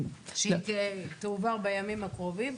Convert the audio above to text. שתועבר בימים הקרובים.